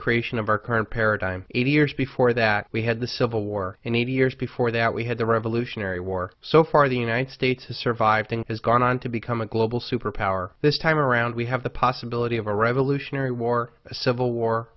creation of our current paradigm eighty years before that we had the civil war and eighty years before that we had the revolutionary war so far the united states has survived and has gone on to become a global superpower this time around we have the possibility of a revolutionary war a civil war